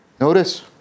Notice